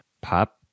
Pop